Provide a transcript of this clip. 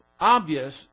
obvious